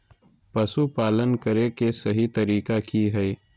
पशुपालन करें के सही तरीका की हय?